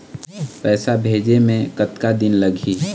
पैसा भेजे मे कतका दिन लगही?